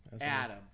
adam